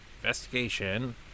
investigation